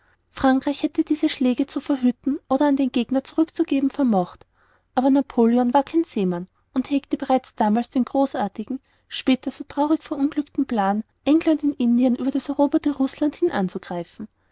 frankreich hätte nun diese schläge zu verhüten oder an den gegner zurückzugeben vermocht aber napoleon war kein seemann und hegte bereits damals den großartigen später so traurig verunglückten plan england in indien über das eroberte rußland hin anzugreifen